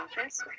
office